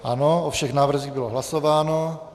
Ano, o všech návrzích bylo hlasováno.